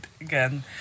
again